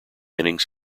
innings